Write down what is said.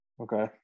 Okay